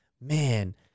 man